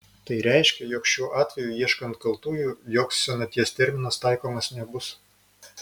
tai reiškia jog šiuo atveju ieškant kaltųjų joks senaties terminas taikomas nebus